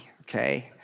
okay